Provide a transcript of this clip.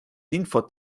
infot